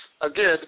Again